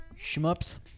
shmups